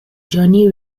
johnny